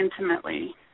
intimately